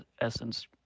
essence